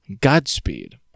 Godspeed